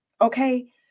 Okay